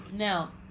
now